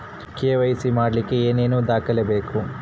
KYC ಮಾಡಲಿಕ್ಕೆ ಏನೇನು ದಾಖಲೆಬೇಕು?